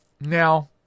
Now